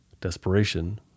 desperation